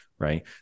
Right